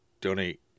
donate